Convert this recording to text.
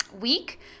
week